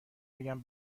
بگم